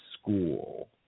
school